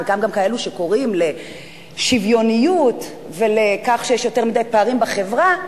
חלקם גם כאלה שקוראים לשוויוניות ואומרים שיש יותר מדי פערים בחברה,